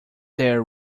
there